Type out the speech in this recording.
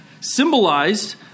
symbolized